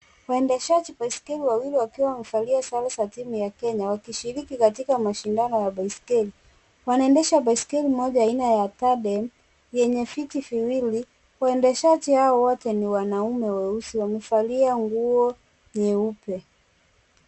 Waendeshaji wa baiskeli wawili wakiwa wamevalia sare za timu ya kenya wakishiriki katika mashindano ya baiskeli. Wanaendesha baiskeli moja aina ya tandem yenye viti viwili. Wanaendeshaji hawa wote ni wanaume weusi wamevalia nguo nyeupe.